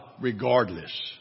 regardless